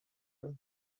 bains